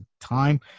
time